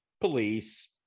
police